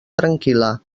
tranquil·la